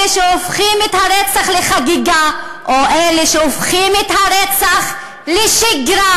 אלה שהופכים את הרצח לחגיגה או אלה שהופכים את הרצח לשגרה?